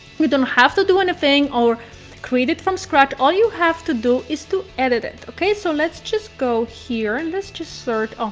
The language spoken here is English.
we don't have to do anything or create it from scratch. all you have to do is to edit it. so let's just go here and let's just search. ah